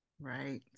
Right